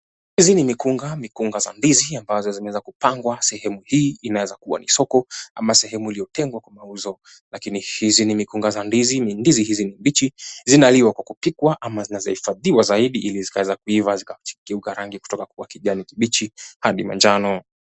Hizi ni mikunga, mikunga za ndizi ambazo zinaweza kupangwa sehemu hii inaeza kuwa ni soko ama sehemu iliyotengwa kwa mauzo, lakini hizi ni mikunga za ndizi ni ndizi hizi ni mbichi na zinaliwa kwa kupikwa ama zinaeza hifadhiwa zaidi na kuiva zikageuka rangi kutoka kwa kijani kibichi hadi manjano.